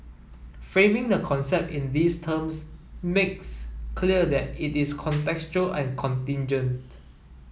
framing the concept in these terms makes clear that it is contextual and contingent